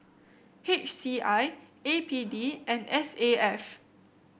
H C I A P D and S A F